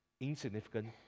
insignificant